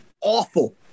awful